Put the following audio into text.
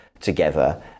together